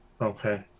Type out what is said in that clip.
Okay